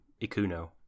Ikuno